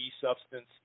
substance